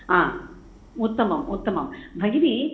हा उत्तमम् उत्तमं भगिनि